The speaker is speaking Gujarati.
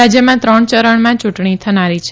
રાજ્યમાં ત્રણ ચરણમાં ચૂંટણી થનારી છે